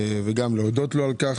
ויש להודות לו על כך.